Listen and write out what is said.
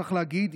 צריך להגיד,